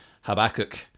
Habakkuk